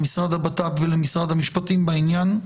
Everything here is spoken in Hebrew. למשרד לביטחון פנים ולמשרד המשפטים בעניין.